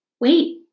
wait